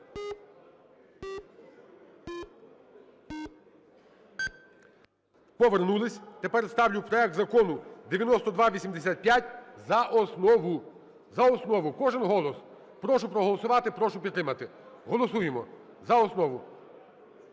Повернулись. Тепер ставлю проект Закону 9285 за основу. За основу, кожен голос. Прошу проголосувати, прошу підтримати. Голосуємо за основу.